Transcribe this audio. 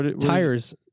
Tires